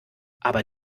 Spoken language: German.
aber